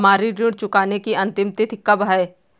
हमारी ऋण चुकाने की अंतिम तिथि कब है?